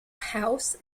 house